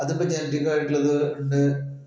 അതിപ്പോൾ ജനിറ്റിക് ആയിട്ടുള്ളത് ഉണ്ട്